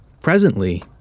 Presently